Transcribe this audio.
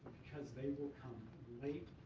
because they will come late,